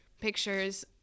pictures